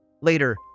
later